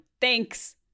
thanks